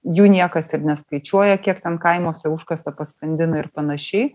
jų niekas ir neskaičiuoja kiek ten kaimuose užkasa paskandina ir panašiai